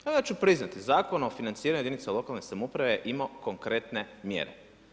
Pa ja ću priznati, Zakon o financiranju jedinica lokalne samouprave ima konkretne mjere.